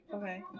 Okay